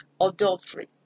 Adultery